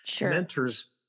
mentors